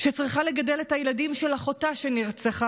שצריכה לגדל את הילדים של אחותה שנרצחה